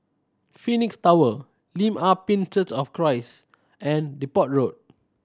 Phoenix Tower Lim Ah Pin Church of Christ and Depot Road